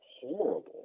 horrible